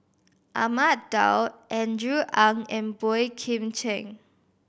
Ahmad Daud Andrew Ang and Boey Kim Cheng